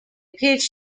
phd